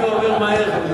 כשנהנים זה עובר מהר.